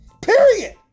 Period